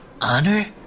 Honor